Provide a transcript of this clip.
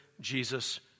Jesus